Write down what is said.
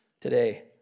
today